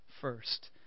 first